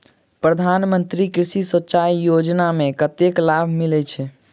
प्रधान मंत्री कृषि सिंचाई योजना मे कतेक लाभ मिलय छै?